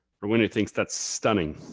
rowena thinks that's stunning.